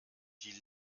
die